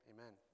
Amen